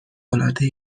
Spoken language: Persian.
العاده